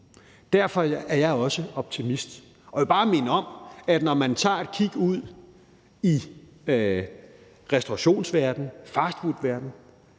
Derfor er jeg også optimist, og jeg vil bare minde om, at når man tager et kig ud i restaurationsverdenen, fastfoodverdenen,